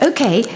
Okay